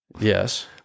Yes